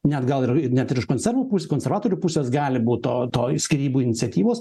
net gal ir net ir iš konservų pu konservatorių pusės gali būti to to skyrybų iniciatyvos